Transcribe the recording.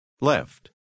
left